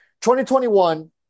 2021